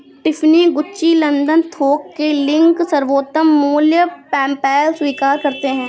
Tiffany, Gucci, London थोक के link, सर्वोत्तम मूल्य, पेपैल स्वीकार करते है